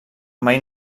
mai